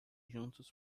juntos